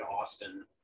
Austin